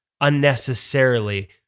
unnecessarily